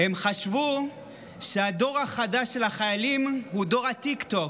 הם חשבו שהדור החדש של החיילים הוא דור הטיקטוק,